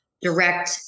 direct